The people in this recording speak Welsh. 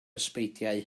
ysbeidiau